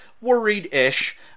worried-ish